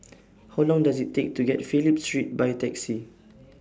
How Long Does IT Take to get to Phillip Street By Taxi